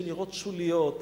שנראות שוליות,